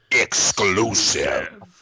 exclusive